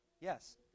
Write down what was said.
Yes